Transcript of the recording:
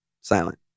silent